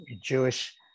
Jewish